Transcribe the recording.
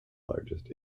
largest